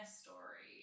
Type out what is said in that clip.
story